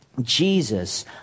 Jesus